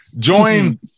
Join